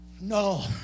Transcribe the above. No